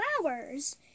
flowers